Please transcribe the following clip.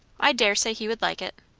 i daresay he would like it.